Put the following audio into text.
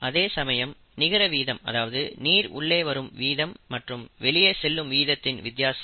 அதேசமயம் நிகர வீதம் அதாவது நீர் உள்ளே வரும் வீதம் மற்றும் வெளியே செல்லும் வீதத்தின் வித்தியாசம்